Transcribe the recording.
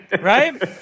right